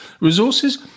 Resources